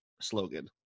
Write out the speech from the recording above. slogan